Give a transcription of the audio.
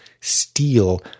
steal